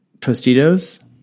Tostitos